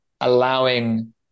allowing